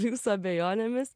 jūsų abejonėmis